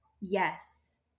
Yes